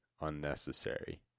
unnecessary